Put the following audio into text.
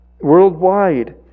worldwide